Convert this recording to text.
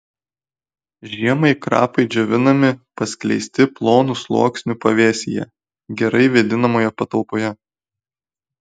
žiemai krapai džiovinami paskleisti plonu sluoksniu pavėsyje gerai vėdinamoje patalpoje